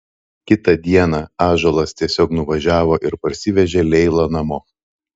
kitą dieną ąžuolas tiesiog nuvažiavo ir parsivežė leilą namo